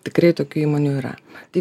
tikrai tokių įmonių yra tai